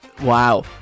wow